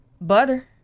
butter